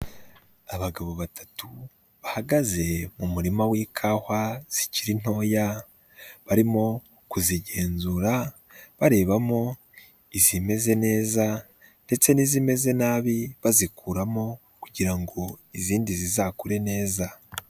Abagabo batatu bahagaze mu murima w'ikawa zikiri ntoya barimo kuzigenzura barebamo izimeze neza ndetse n'izimeze nabi bazikuramo kugira ngo izindi zizakure neza.